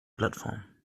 plattform